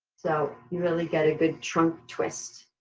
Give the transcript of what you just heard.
so you really get a good trunk twist.